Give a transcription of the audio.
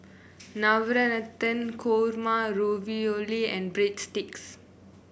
Navratan Korma Ravioli and Breadsticks